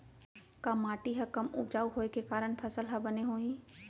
का माटी हा कम उपजाऊ होये के कारण फसल हा बने होही?